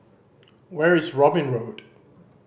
where is Robin Road